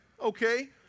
okay